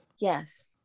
Yes